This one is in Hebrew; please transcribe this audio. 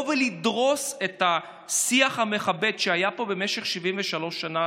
ולדרוס את השיח המכבד שהיה פה במשך 73 שנה,